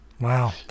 Wow